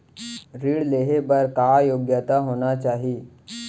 ऋण लेहे बर का योग्यता होना चाही?